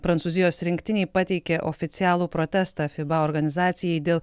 prancūzijos rinktinei pateikė oficialų protestą fiba organizacijai dėl